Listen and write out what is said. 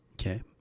okay